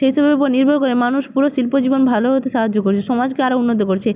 সেইসবের উপর নির্ভর করে মানুষ পুরো শিল্প জীবন ভালো হতে সাহায্য করেছে সমাজকে আরো উন্নত করছে